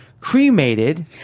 cremated